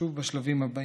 שוב בשלבים הבאים.